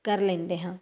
ਕਰ ਲੈਂਦੇ ਹਾਂ